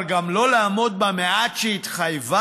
אבל גם לא לעמוד במעט שהיא התחייבה,